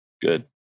Good